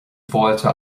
bhfáilte